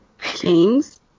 kings